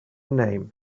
name